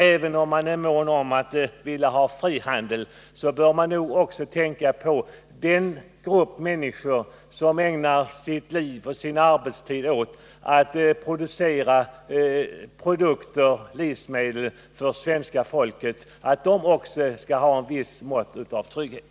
Även om man är mån om frihandeln bör man tänka på den grupp människor som ägnar sin arbetstid åt att producera livsmedel för svenska folket och som också skall ha ett visst mått av trygghet.